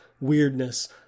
weirdness